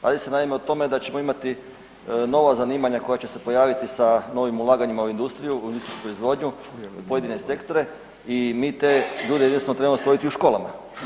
Radi se naime o tome da ćemo imati nova zanimanja koja će se pojaviti sa novim ulaganjima u industriju, u industrijsku proizvodnju, pojedine sektore i mi te ljude jednostavno trebamo stvoriti u školama.